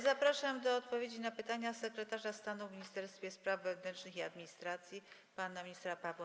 Zapraszam do odpowiedzi na pytania sekretarza stanu w Ministerstwie Spraw Wewnętrznych i Administracji pana ministra Pawła